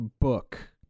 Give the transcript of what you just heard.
book